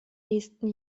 nächsten